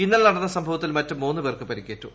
ഇന്നലെ നടന്ന സംഭവത്തിൽ മറ്റ് മൂന്ന് പേർക്ക് പരിക്കേറ്റു